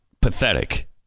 pathetic